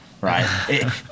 right